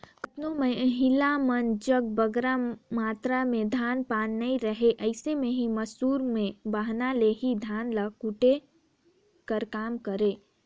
केतनो महिला मन जग बगरा मातरा में धान पान नी रहें अइसे में एही मूसर अउ बहना ले ही धान ल घलो कूटे कर काम करें